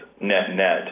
net-net